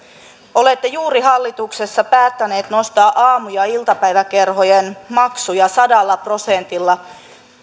olette juuri hallituksessa päättäneet nostaa aamu ja iltapäiväkerhojen maksuja sadalla prosentilla